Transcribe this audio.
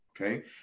okay